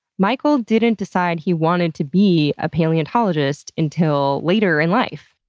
michael didn't decide he wanted to be a paleontologist until later in life.